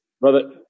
Brother